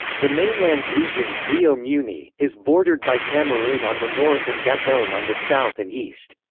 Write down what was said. the mainland region, rio muni, is bordered by cameroon on the north and gabon on the south and east.